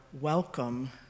welcome